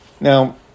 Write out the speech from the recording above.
Now